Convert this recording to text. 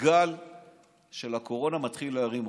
הגל של הקורונה מתחיל להרים ראש.